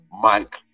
Mike